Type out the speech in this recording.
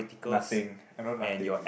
nothing I know nothing